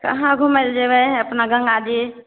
कहाँ घुमय लए जेबय अपना गंगाजी